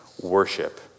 worship